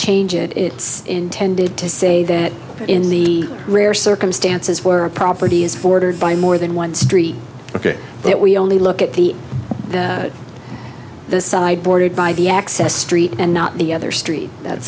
change it it's intended to say that in the rare circumstances where a property is ford by more than one street ok that we only look at the the sideboard by the access street and not the other street that